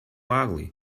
ugly